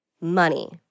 money